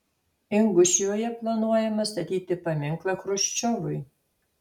ingušijoje planuojama statyti paminklą chruščiovui